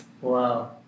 wow